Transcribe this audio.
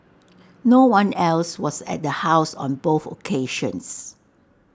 no one else was at the house on both occasions